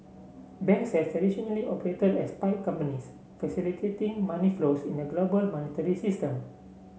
banks have traditionally operated as pipe companies facilitating money flows in the global monetary system